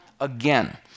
again